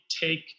take